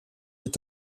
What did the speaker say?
est